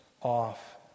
off